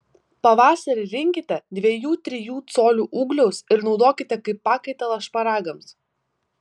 pavasarį rinkite dviejų trijų colių ūglius ir naudokite kaip pakaitalą šparagams